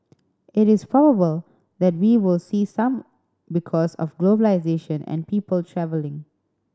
it is probable that we will see some because of globalisation and people travelling